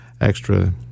extra